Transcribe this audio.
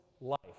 life